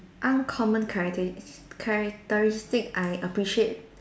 uncommon characteris~ characteristic I appreciate